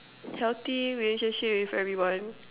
healthy relationship with everyone